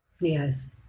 Yes